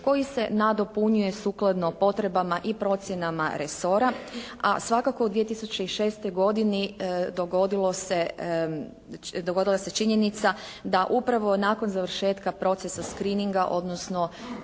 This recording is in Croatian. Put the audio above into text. koji se nadopunjuje sukladno potrebama i procjenama resora. A svakako u 2006. godini dogodila se činjenica da upravo nakon završetka procesa screeninga odnosno